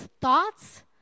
thoughts